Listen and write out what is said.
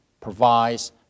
provides